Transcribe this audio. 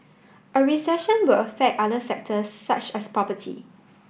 a recession will affect other sectors such as property